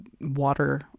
water